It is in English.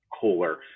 cooler